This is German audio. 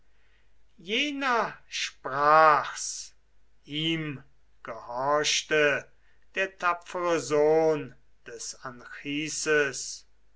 jener sprach's ihm gehorchte der tapfere sohn des anchises